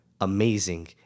amazing